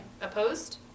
Opposed